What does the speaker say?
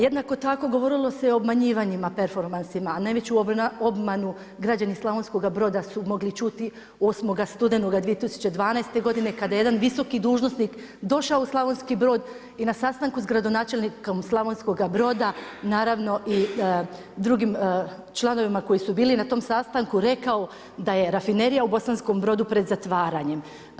Jednako tako govorilo se o obmanjivanjima performansima a najveću obmanu građani Slavonskoga Broda su mogli čuti 8. studenoga 2012. godine kada je jedna visoki dužnosnik došao u Slavonski Brod i na sastanku sa gradonačelnikom Slavonskoga Broda, naravno i drugim članovima koji su bili na tom sastanku rekao da je Rafinerija u Bosanskom Brodu pred zatvaranjem.